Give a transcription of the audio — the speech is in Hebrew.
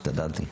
השתדלתי.